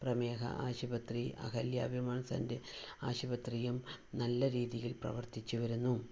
പ്രമേഹ ആശുപതി അഹല്യ വിമൺ സെന്റ് ആശുപതിയും നല്ല രീതിയിൽ പ്രവർത്തിച്ചു വരുന്നു